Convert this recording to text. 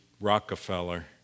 Rockefeller